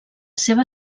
seva